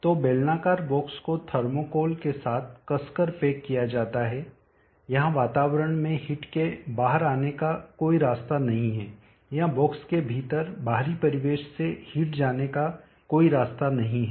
तो बेलनाकार बॉक्स को थर्मोकोल के साथ कसकर पैक किया जाता है यहां वातावरण में हिट के बाहर आने का कोई रास्ता नहीं है या बॉक्स के भीतर बाहरी परिवेश से हिट जाने का कोई रास्ता नहीं है